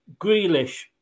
Grealish